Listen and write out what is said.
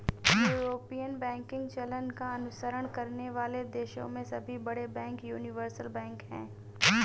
European banking चलन का अनुसरण करने वाले देशों में सभी बड़े बैंक यूनिवर्सल बैंक हैं